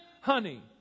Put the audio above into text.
honey